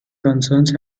concerns